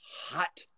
hot